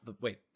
wait